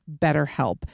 BetterHelp